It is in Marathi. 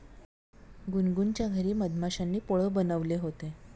गुनगुनच्या घरी मधमाश्यांनी पोळं बनवले होते